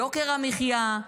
יוקר המחיה?